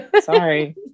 Sorry